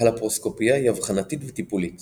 הלפרוסקופיה היא אבחנתית וטיפולית